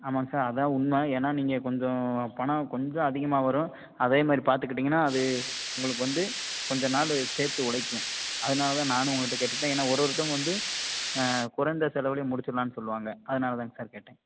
ஆமாங்க சார் அதான் உண்மை ஏன்னால் நீங்கள் கொஞ்சம் பணம் கொஞ்சம் அதிகமாக வரும் அதே மாதிரி பார்த்துக்கிட்டீங்கன்னா அது உங்களுக்கு வந்து கொஞ்ச நாலு சேர்த்து உழைக்கும் அதனால் தான் நானும் உங்கள்கிட்ட கேட்டுக்கிட்டேன் ஏன்னா ஒரு ஒருத்தவங்க வந்து குறைந்த செலவுலேயே முடிச்சிடலான்னு சொல்லுவாங்க அதனால் தாங்க சார் கேட்டேன்